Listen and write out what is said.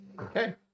Okay